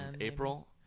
April